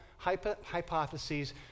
Hypotheses